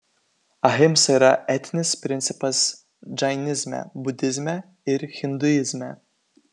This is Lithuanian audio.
ahimsa yra etinis principas džainizme budizme ir hinduizme